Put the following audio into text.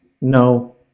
No